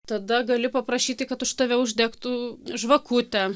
tada gali paprašyti kad už tave uždegtų žvakutę